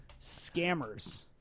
scammers